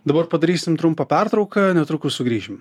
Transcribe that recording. dabar padarysim trumpą pertrauką netrukus sugrįšim